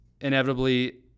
inevitably